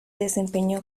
desempeñó